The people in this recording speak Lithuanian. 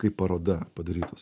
kaip paroda padarytos